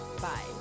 Bye